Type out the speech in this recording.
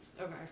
Okay